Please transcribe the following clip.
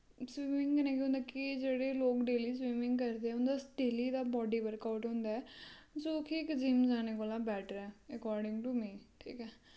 swimming कन्नै केह् होंदा कि जेह्ड़े लोक डेल्ली स्विमिंग करदे उंदा डेल्ली दा बाडी वर्क आऊट होंदा ऐ जो कि इक जिम्म जाने कोला बैटर ऐ अकार्डिंग टू मी ठीक ऐ